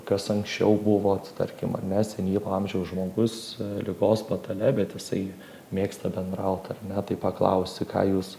kas anksčiau buvot tarkim ar ne senyvo amžiaus žmogus ligos patale bet jisai mėgsta bendraut ar ne tai paklausi ką jūs